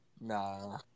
Nah